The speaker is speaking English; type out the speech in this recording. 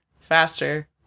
Faster